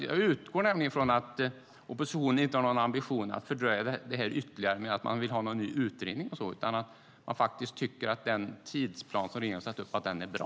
Jag utgår nämligen från att oppositionen inte har någon ambition att fördröja detta ytterligare, genom en ny utredning eller så, utan att man tycker att den tidsplan som regeringen har satt upp är bra.